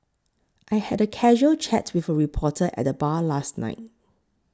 I had a casual chat with a reporter at the bar last night